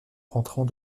rentrant